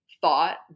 thought